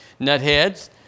nutheads